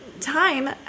time